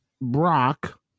Brock